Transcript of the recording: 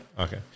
Okay